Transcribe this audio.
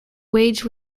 wage